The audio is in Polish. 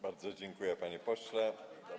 Bardzo dziękuję, panie pośle.